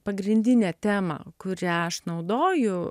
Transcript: pagrindinę temą kurią aš naudoju